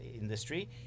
industry